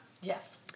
Yes